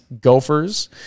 gophers